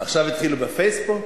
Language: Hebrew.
עכשיו התחילו ב"פייסבוק".